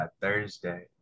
Thursday